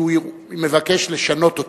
כי הוא מבקש לשנות אותם.